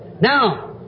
Now